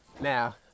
Now